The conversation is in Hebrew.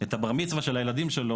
את הבר מצווה של הילדים שלו,